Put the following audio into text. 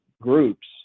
groups